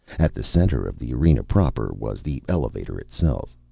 at the center of the arena proper was the elevator itself.